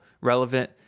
relevant